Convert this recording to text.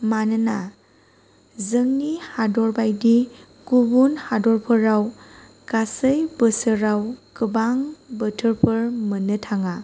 मानोना जोंनि हादरबायदि गुबुन हादरफोराव गासै बोसोराव गोबां बोथोरफोर मोननो थाङा